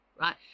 right